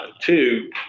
Two